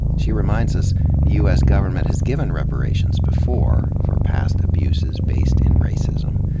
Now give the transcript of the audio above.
she reminds us the u s. government has given reparations before, for past abuses based in racism.